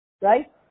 Right